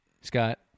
Scott